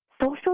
social